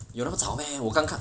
有那么早 meh 我刚看